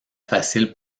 facile